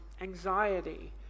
anxiety